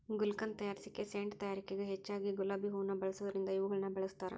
ಗುಲ್ಕನ್ ತಯಾರಿಕೆ ಸೇಂಟ್ ತಯಾರಿಕೆಗ ಹೆಚ್ಚಗಿ ಗುಲಾಬಿ ಹೂವುನ ಬಳಸೋದರಿಂದ ಇವುಗಳನ್ನ ಬೆಳಸ್ತಾರ